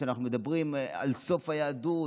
שאנחנו מדברים על סוף היהדות,